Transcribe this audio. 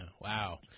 wow